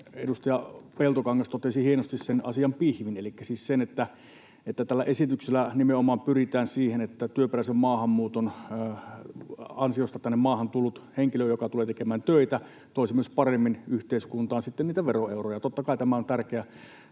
edustaja Peltokangas totesi hienosti sen asian pihvin, elikkä siis sen, että tällä esityksellä nimenomaan pyritään siihen että työperäisen maahanmuuton ansiosta tänne maahan tullut henkilö, joka tulee tekemään töitä, toisi myös paremmin yhteiskuntaan sitten niitä veroeuroja. Totta kai tämä on tärkeä